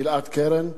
גלעד קרן,